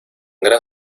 gran